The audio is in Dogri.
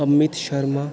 अमित शर्मा